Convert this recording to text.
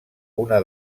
una